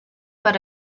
per